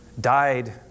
died